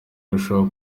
irushaho